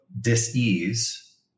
dis-ease